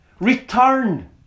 return